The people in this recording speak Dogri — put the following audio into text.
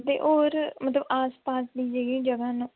ते होर मतलब आसपास दी जेह्ड़ियां जगह न